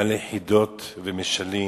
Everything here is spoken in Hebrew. מלא חידות ומשלים,